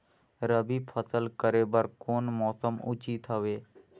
रबी फसल करे बर कोन मौसम उचित हवे?